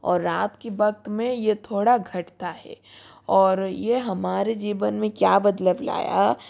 और रात के वक़्त मे यह थोड़ा घटता है और ये हमारे जीवन में क्या बदलाव लाया